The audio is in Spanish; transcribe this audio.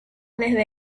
superior